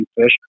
fish